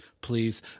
please